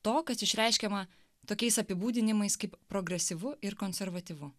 to kas išreiškiama tokiais apibūdinimais kaip progresyvu ir konservatyvu